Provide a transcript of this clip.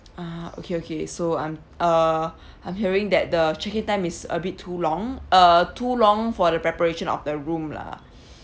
ah okay okay so I'm uh I'm hearing that the check in time is a bit too long uh too long for the preparation of the room lah